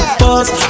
pause